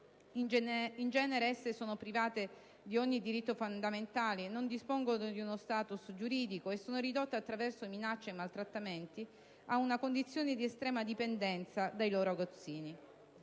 In genere esse sono private di ogni diritto fondamentale, non dispongono di uno *status* giuridico e sono ridotte, attraverso minacce e maltrattamenti, ad una condizione di estrema dipendenza dai loro aguzzini.